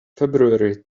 february